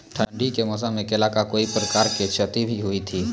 ठंडी के मौसम मे केला का कोई प्रकार के क्षति भी हुई थी?